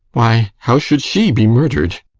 why, how should she be murder'd?